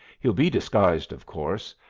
he'll be disguised, of course,